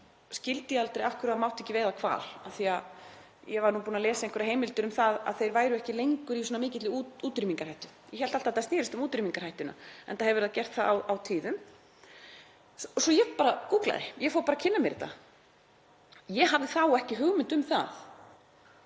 yngri skildi ég aldrei af hverju það mátti ekki veiða hval af því að ég var búin að lesa einhverjar heimildir um að þeir væru ekki lengur í svona mikilli útrýmingarhættu. Ég hélt alltaf að þetta snerist um útrýmingarhættuna, enda hefur það gert það á tíðum, svo ég bara gúglaði. Ég fór að kynna mér þetta. Ég hafði þá ekki hugmynd um það